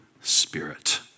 Spirit